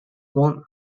won